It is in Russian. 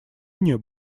июне